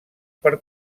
per